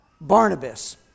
Barnabas